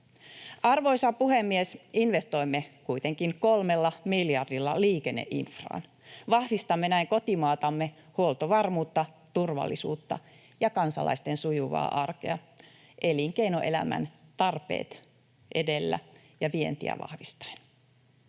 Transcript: Arvoisa puhemies! Investoimme kuitenkin kolmella miljardilla liikenneinfraan. Vahvistamme näin kotimaatamme, huoltovarmuutta, turvallisuutta ja kansalaisten sujuvaa arkea elinkeinoelämän tarpeet edellä ja vientiä vahvistaen.